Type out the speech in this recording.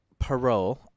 parole